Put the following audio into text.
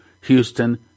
Houston